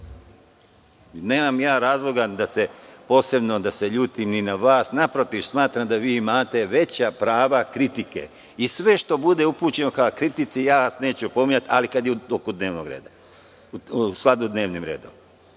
Nemam razloga da se ljutim ni na vas. Naprotiv, smatram da vi imate veća prava kritike i sve što bude upućeno ka kritici, ja vas neću opominjati, ali kad je u skladu sa dnevnim redom.